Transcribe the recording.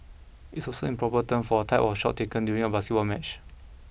it is also the proper term for a type of shot taken during a basketball match